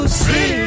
see